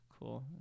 Cool